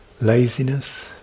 laziness